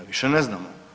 Više ne znamo.